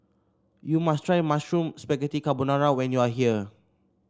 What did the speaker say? you must try Mushroom Spaghetti Carbonara when you are here